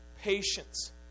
patience